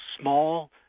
small